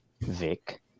Vic